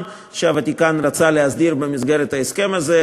שהוותיקן רצה להסדיר במסגרת ההסכם הזה,